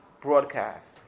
broadcast